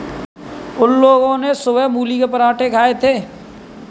उन लोगो ने सुबह मूली के पराठे खाए थे